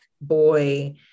boy